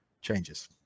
changes